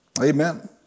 Amen